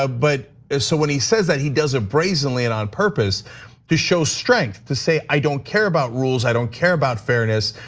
ah but so when he says that, he does it brazenly and on purpose to show strength. to say, i don't care about rules, i don't care about fairness.